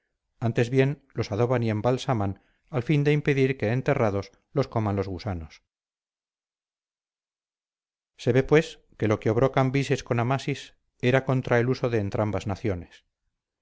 antes bien los adoban y embalsaman al fin de impedir que enterrados los coman los gusanos se ve pues que lo que obró cambises con amasis era contra el uso de entrambas naciones